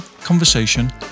conversation